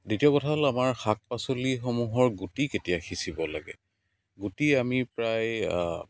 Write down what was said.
দ্বিতীয় কথা হ'ল আমাৰ শাক পাচলিসমূহৰ গুটি কেতিয়া সিঁচিব লাগে গুটি আমি প্ৰায়